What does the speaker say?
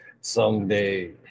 Someday